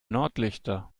nordlichter